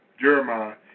Jeremiah